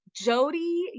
Jody